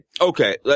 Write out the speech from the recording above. Okay